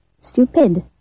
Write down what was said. stupid